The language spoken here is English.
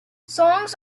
songs